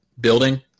building